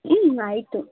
ಹ್ಞೂ ಆಯಿತು